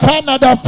Canada